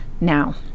now